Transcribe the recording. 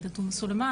עאידה תומא סלימאן,